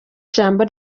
ijambo